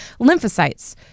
lymphocytes